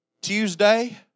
Tuesday